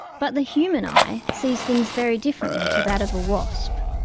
but the human eye sees things very differently to that of a wasp.